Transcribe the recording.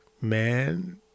man